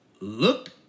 Look